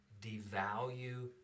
devalue